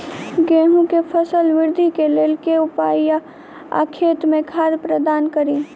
गेंहूँ केँ फसल वृद्धि केँ लेल केँ उपाय आ खेत मे खाद प्रदान कड़ी?